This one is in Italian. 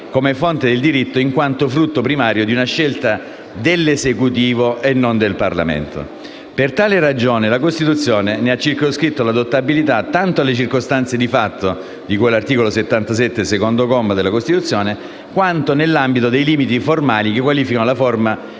come fonte del diritto in quanto frutto primario di una scelta dell'Esecutivo e non del Parlamento. Per tale ragione la Costituzione ne ha circoscritto l'adottabilità tanto alle circostanze di fatto di cui all'articolo 77, secondo comma, della Costituzione, quanto nell'ambito dei limiti formali che qualificano la forma